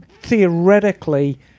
theoretically